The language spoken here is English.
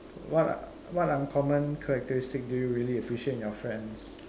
what what uncommon characteristic do you really appreciate in your friends